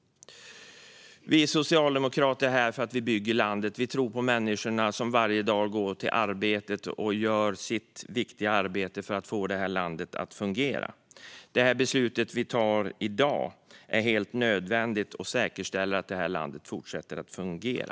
Vi socialdemokrater är här för att vi bygger landet. Vi tror på människorna som varje dag går till arbetet och gör sin viktiga insats för att få det här landet att fungera. Det beslut vi tar i dag är helt nödvändigt och säkerställer att landet kan fortsätta att fungera.